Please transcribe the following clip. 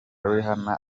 rihanna